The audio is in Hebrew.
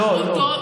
לא, לא.